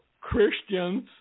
Christians